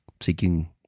seeking